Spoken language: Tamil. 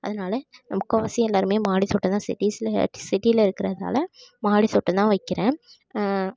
அதனால் முக்கால்வாசி எல்லோருமே மாடித் தோட்டம் தான் சிட்டிஸில் சிட்டியில் இருக்கிறதால மாடித் தோட்டம் தான் வைக்கிறேன்